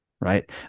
right